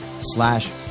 slash